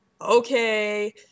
okay